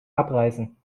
abreißen